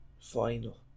final